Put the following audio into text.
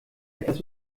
etwas